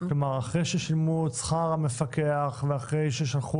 כלומר אחרי ששילמו את שכר המפקח ואחרי ששלחו